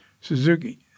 Suzuki